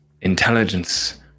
intelligence